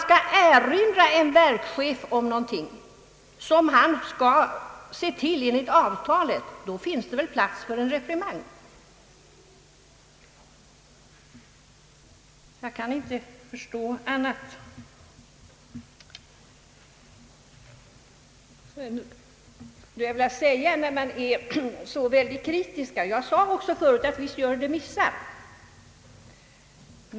Vill man erinra en verkschef om något som han enligt avtalet skall se till, finns det väl plats för en reprimand? Jag kan inte förstå annat. Jag sade i mitt tidigare inlägg att jag är medveten om att det görs misstag.